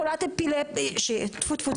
חולת אפילפסיה טפו,